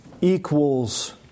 equals